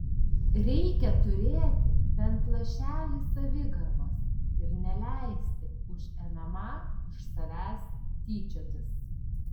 reikia turėti bent lašelį savigarbos ir neleisti už mma iš savęs tyčiotis